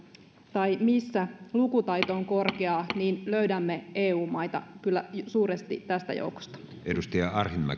tai missä lukutaito on korkeaa löydämme eu maita kyllä suuresti tästä joukosta